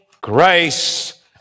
grace